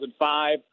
2005